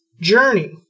journey